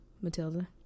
Matilda